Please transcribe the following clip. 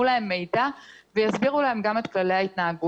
להם מידע ויסבירו להם גם את כללי ההתנהגות.